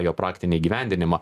jo praktinį įgyvendinimą